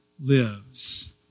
lives